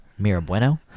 mirabueno